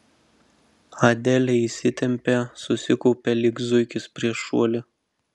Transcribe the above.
adelė įsitempė susikaupė lyg zuikis prieš šuolį